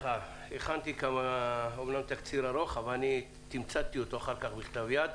אמנם הכנתי תקציר ארוך אבל תמצתי אותו אחר כך בכתב יד.